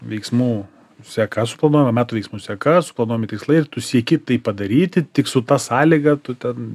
veiksmų seka suplanuojama metų veiksmų seka suplanuojami tikslai ir tu sieki tai padaryti tik su ta sąlyga tu ten